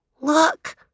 Look